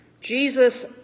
Jesus